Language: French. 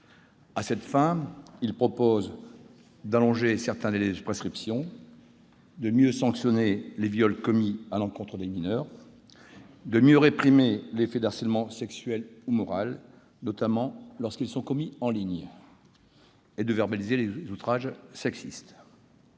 À cette fin, il propose d'allonger certains délais de prescription, de mieux sanctionner les viols commis à l'encontre des mineurs, de mieux réprimer les faits de harcèlement sexuel ou moral, notamment lorsqu'ils sont commis en ligne, et de verbaliser les outrages sexistes.